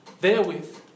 therewith